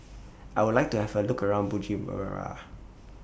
I Would like to Have A Look around Bujumbura